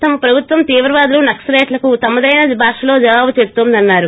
తన ప్రభుత్వం తీవ్రవాదులు నక్పలైట్లకు తమదైన భాషలో జవాబు చెబుతోందన్నారు